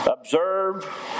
observe